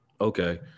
Okay